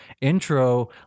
intro